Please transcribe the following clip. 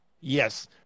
Yes